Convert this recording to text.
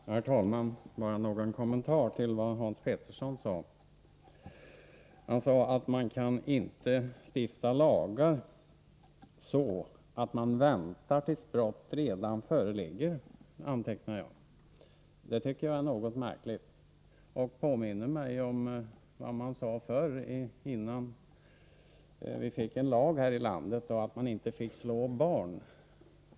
Herr talman! Bara en kommentar till vad Hans Pettersson i Helsingborg sade. Vi kan inte stifta lagar så att man väntar tills brott redan föreligger, antecknade jag att han sade. Det tycker jag är ett något märkligt uttalande. Det påminner mig om vad man sade innan vi här i landet fick en lag med förbud att aga barn.